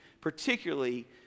particularly